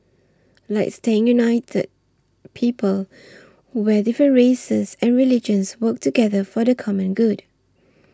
like staying united people where different races and religions work together for the common good